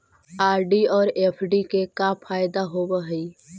RD और FD के का फायदा होव हई?